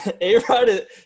A-Rod